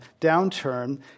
downturn